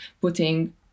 putting